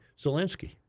Zelensky